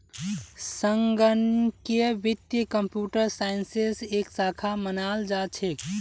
संगणकीय वित्त कम्प्यूटर साइंसेर एक शाखा मानाल जा छेक